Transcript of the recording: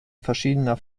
verschiedener